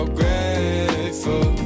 grateful